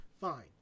Fine